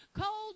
cold